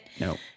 No